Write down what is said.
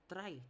Try